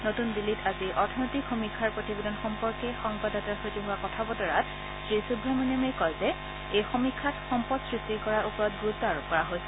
নতুন দিল্লীত আজি অৰ্থনৈতিক সমীক্ষাৰ প্ৰতিবেদন সম্পৰ্কে সংবাদদাতাৰ সৈতে হোৱা কথা বতৰাত শ্ৰীসুৱমণিয়ামে কয় যে এই সমীক্ষাত সম্পদ সৃষ্টি কৰাৰ ওপৰত গুৰুত্ব আৰোপ কৰা হৈছে